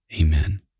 Amen